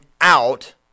out